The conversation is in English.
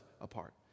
apart